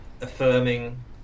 affirming